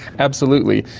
absolutely.